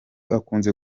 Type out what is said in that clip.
akunze